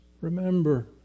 remember